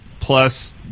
Plus